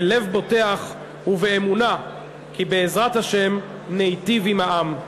בלב בוטח ובאמונה כי בעזרת השם ניטיב עם העם.